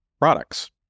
products